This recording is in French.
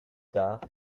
tard